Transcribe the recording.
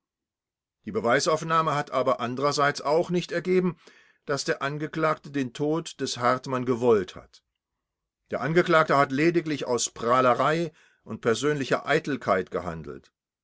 die beweisaufnahme hat aber andererseits auch nicht ergeben daß der angeklagte den tod des hartmann gewollt hat der angeklagte hat lediglich aus prahlerei und persönlicher eitelkeit gehandelt